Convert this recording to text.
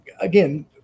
again